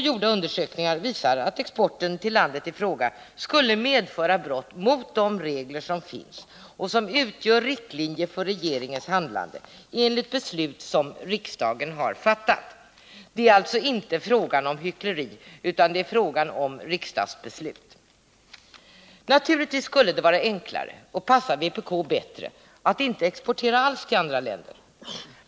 Gjorda undersökningar visar att export till landet i fråga skulle innebära brott mot de regler som finns och som utgör riktlinjer för regeringens handlande enligt beslut som riksdagen har fattat. Det är alltså inte fråga om hyckleri utan det är fråga om riksdagsbeslut. Naturligtvis skulle det vara enklare och passa vpk bättre att inte exportera alls till andra länder.